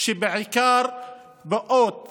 שבעיקר באות